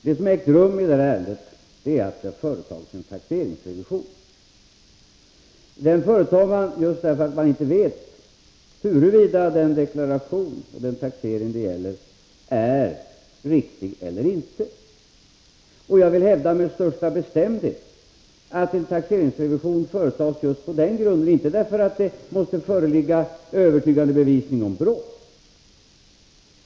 Herr talman! Det som har ägt rum i detta ärende är att det har företagits en Tisdagen den taxeringsrevision. En sådan företar man just därför att man inte vet huruvida — 8 november 1983 den deklaration och den taxering det gäller är riktig eller inte. Jag vill med största bestämdhet hävda att en taxeringsrevision företas just på den Om bevissäkringen grunden, och inte därför att det måste föreligga övertygande bevisning om = vid taxeringsbrott.